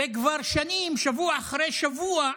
וכבר שנים, שבוע אחרי שבוע,